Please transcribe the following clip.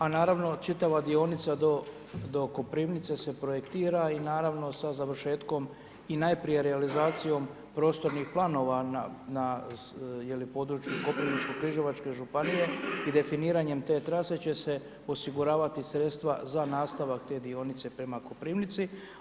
A naravno, čitava dionica, do Kopirnice se projektira i naravno sa završetkom i najprije realizacijom prostornih planova na području Koprivničko križevačke županije i definiranjem te trase će se osiguravati sredstva za nastavak te dionice prema Koprivnici.